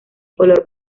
color